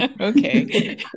Okay